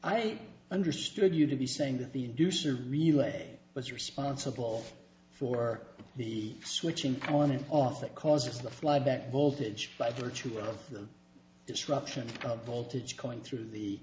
i understood you to be saying that the douche relay was responsible for the switching colony off that causes the flyback voltage by virtue of disruption voltage going through the